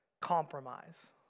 compromise